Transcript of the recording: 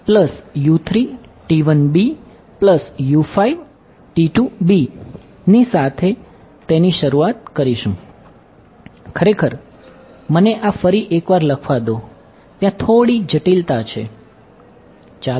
તેથી આપણે ની સાથે તેની શરૂઆત કરીશું ખરેખર મને આ ફરી એક વાર લખવા દો